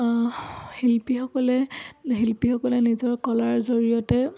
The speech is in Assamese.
শিল্পীসকলে শিল্পীসকলে নিজৰ কলাৰ জৰিয়তে